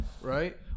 right